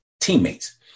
teammates